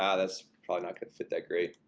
ah that's probably not gonna fit that great